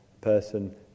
person